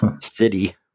City